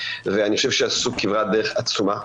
ואני חושב שעשו כברת דרך עצומה.